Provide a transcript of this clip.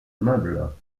meubles